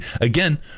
again